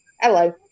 Hello